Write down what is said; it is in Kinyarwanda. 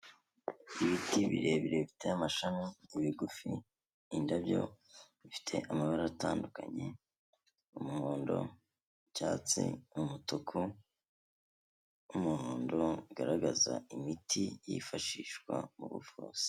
Ibiti birebire bifite amashami, ibigufi, indabyo bifite amabara atandukanye, umuhondo, icyatsi, umutuku, umuhondo bigaragaza imiti yifashishwa mu buvuzi.